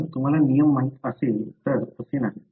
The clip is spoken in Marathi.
जर तुम्हाला नियम माहित असेल तर तसे नाही